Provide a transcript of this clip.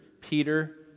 Peter